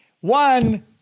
one